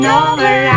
over